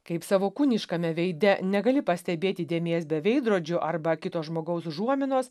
kaip savo kūniškame veide negali pastebėti dėmės be veidrodžio arba kito žmogaus užuominos